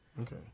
Okay